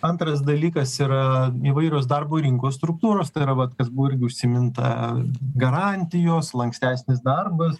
antras dalykas yra įvairos darbo rinkos struktūros tai yra vat kas irgi buvo užsiminta garantijos lankstesnis darbas